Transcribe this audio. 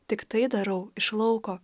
tik tai darau iš lauko